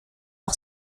par